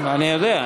אני יודע.